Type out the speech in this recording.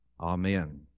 Amen